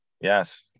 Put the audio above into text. Yes